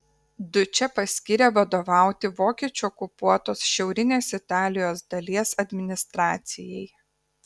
dučę paskyrė vadovauti vokiečių okupuotos šiaurinės italijos dalies administracijai